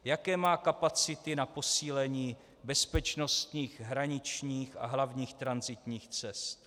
Jaké má kapacity na posílení bezpečnostních hraničních a hlavních tranzitních cest.